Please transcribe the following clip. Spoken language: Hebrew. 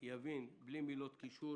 יבין בלי מילות קישור